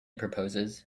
proposes